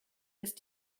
ist